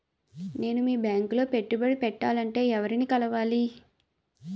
నేను మీ బ్యాంక్ లో పెట్టుబడి పెట్టాలంటే ఎవరిని కలవాలి?